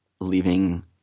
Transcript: leaving